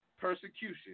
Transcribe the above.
persecution